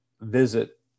visit